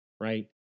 right